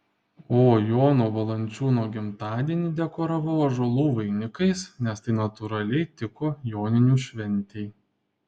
o jono valančiūno gimtadienį dekoravau ąžuolų vainikais nes tai natūraliai tiko joninių šventei